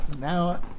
Now